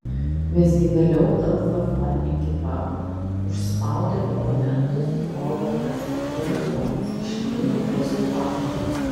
visgi vėliau lff ekipa užspaudė oponentus o robertas valikonis išlygino rezultatą